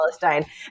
Palestine